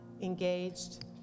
engaged